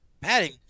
Padding